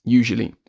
usually